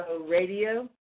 Radio